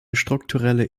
strukturelle